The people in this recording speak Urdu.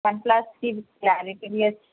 ون پلس کی کلیئرٹی بھی اچھی